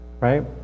right